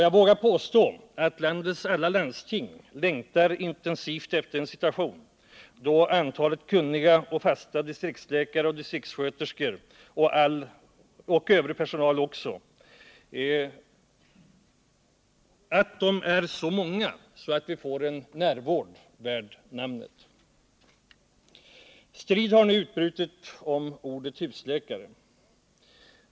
Jag vågar påstå att landets alla landsting intensivt längtar efter att antalet kunniga och fast anställda distriktsläkare, distriktssköterskor och övrig personal är tillräckligt stort, så att det blir en närvård värd namnet. Strid har nu utbrutit om ordet husläkare.